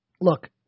Look